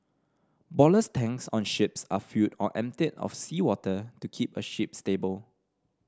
ballast tanks on ships are filled or emptied of seawater to keep a ship stable